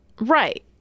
Right